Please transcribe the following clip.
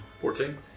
Fourteen